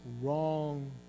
wrong